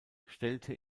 stellte